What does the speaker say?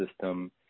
system